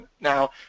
Now